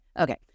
Okay